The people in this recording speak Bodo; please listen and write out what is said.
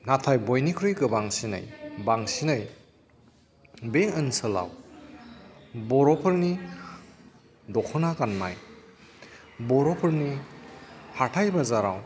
नाथाय बयनिख्रुइ गोबांसिनै बांसिनै बे ओन्सोलाव बर' फोरनि दख'ना गाननाय बर'फोरनि हाथाय बाजाराव